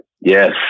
Yes